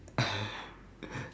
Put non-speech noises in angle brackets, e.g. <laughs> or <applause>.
<laughs>